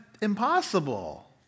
impossible